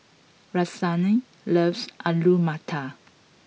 Rahsaan loves Alu Matar